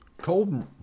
Cold